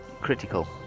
critical